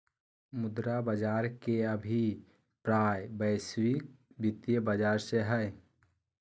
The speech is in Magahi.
मुद्रा बाज़ार के अभिप्राय वैश्विक वित्तीय बाज़ार से हइ